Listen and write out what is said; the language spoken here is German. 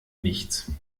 nichts